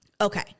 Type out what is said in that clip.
Okay